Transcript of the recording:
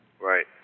Right